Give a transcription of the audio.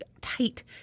tight